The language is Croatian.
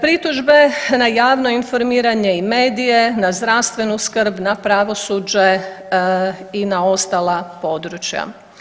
Pritužbe na javno informiranje i medije, na zdravstvenu skrb, na pravosuđe i na ostala područja.